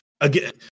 again